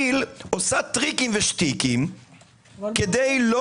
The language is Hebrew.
המסקנות כי"ל עושה טריקים ושטיקים כדי לא